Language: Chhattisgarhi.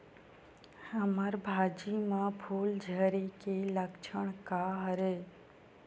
हमर भाजी म फूल झारे के लक्षण का हरय?